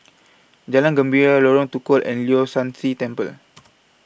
Jalan Gembira Lorong Tukol and Leong San See Temple